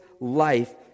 life